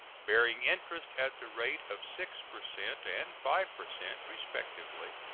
bearing interest at the rate of six per cent and five per cent, respectively.